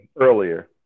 earlier